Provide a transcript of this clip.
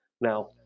now